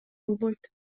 болбойт